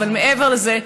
אבל מעבר לזה,